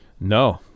No